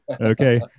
okay